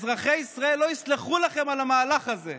אזרחי ישראל לא יסלחו לכם על המהלך הזה".